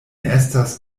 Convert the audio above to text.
estas